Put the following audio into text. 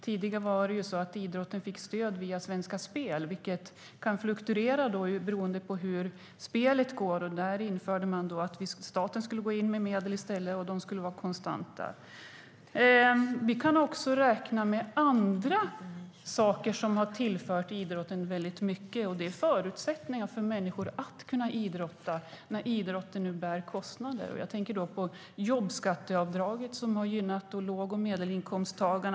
Tidigare fick idrotten stöd via Svenska spel, och det stödet kunde ju fluktuera beroende på hur spelet gick. Vi införde att staten i stället skulle gå in med konstanta medel. Det finns också annat som har tillfört idrotten väldigt mycket, och det gäller till exempel förutsättningar för människor att utöva sådan idrott som innebär kostnader. Jag tänker då på jobbskatteavdraget som har gynnat låg och medelinkomsttagare.